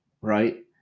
right